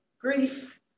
grief